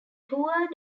toured